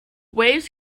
waves